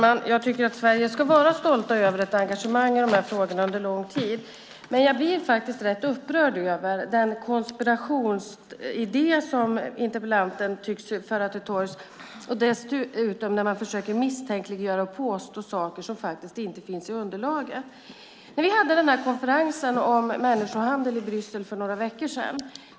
Herr talman! Sverige ska vara stolt över ett engagemang i de här frågorna under lång tid. Men jag blir upprörd över den konspirationsidé som interpellanten för till torgs och över att hon dessutom försöker misstänkliggöra och påstå sådant som inte finns i underlaget. Vi hade en konferens om människohandel i Bryssel för några veckor sedan.